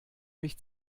mich